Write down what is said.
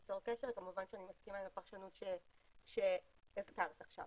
כמובן שאני מסכימה עם הפרשנות שהזכרת עכשיו.